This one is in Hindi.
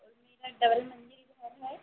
और मेरा डबल मंज़िल घर है